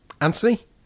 Anthony